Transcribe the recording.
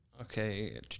Okay